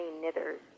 knitters